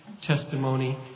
testimony